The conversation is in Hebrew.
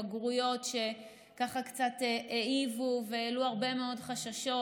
בגרויות שככה קצת העיבו והעלו הרבה מאוד חששות,